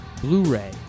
Blu-ray